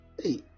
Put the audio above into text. hey